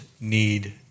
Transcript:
need